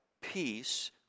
peace